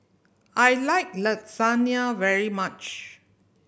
I like Lasagna very much